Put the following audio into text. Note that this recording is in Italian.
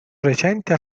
recente